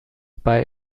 bei